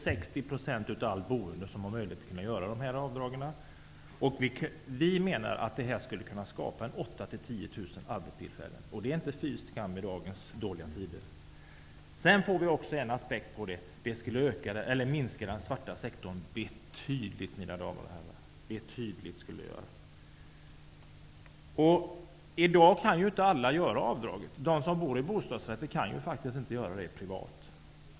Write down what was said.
60 % av allt boende har möjlighet att göra de här avdragen, och vi menar att det skulle kunna skapa 8 000--10 000 arbetstillfällen. Det är inte fy skam i dagens dåliga tider. En annan aspekt på det är att det skulle minska den svarta sektorn betydligt, mina damer och herrar. I dag kan inte alla göra avdrag. De som bor i bostadsrätter kan faktiskt inte göra avdrag privat.